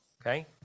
okay